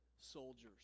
soldiers